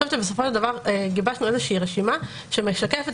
בסופו של דבר גיבשנו איזה רשימה שמשקפת